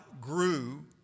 grew